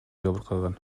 жабыркаган